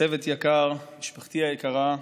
צוות יקר, משפחתי היקרה,